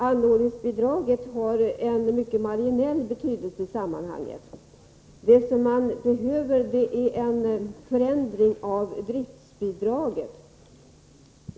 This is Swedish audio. Anordningsbidraget har en mycket marginell betydelse i sammanhanget. Vad som behövs är en förändring av driftbidraget.